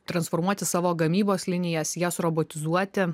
transformuoti savo gamybos linijas jas robotizuoti